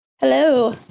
Hello